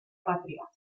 patria